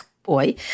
Boy